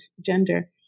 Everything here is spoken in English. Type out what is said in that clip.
gender